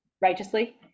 righteously